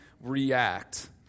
react